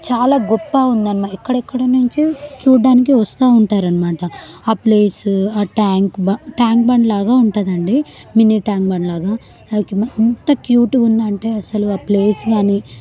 చాలా గొప్ప ఉందని ఎక్కడెక్కడ నుంచి చూడ్డానికి వస్తూ ఉంటారన్నమాట ఆ ప్లేస్ ఆ ట్యాంక్ బండ్ ట్యాంక్ బండ్ లాగా ఉంటుందండి మినీ ట్యాంక్ బండ్ లాగా ఎంత క్యూట్ గా ఉందంటే అసలు ఆ ప్లేస్ కానీ